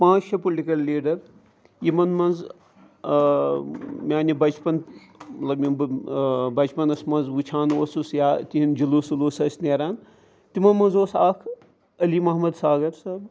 پانٛژھ شےٚ political leader یِمَن منٛز میٛانہِ بَچپَن مطلب یِم بہٕ بَچپَنَس منٛز وٕچھان اوسُس یا تِہِنٛدۍ جلوٗس وَلوٗس ٲسۍ نیران تِمَن منٛز اوس اَکھ علی محمد ساگر صٲب